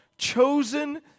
Chosen